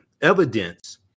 Evidence